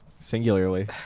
singularly